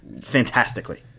fantastically